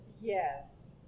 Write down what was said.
Yes